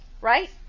right